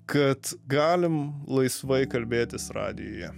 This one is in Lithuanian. kad galim laisvai kalbėtis radijuje